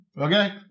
Okay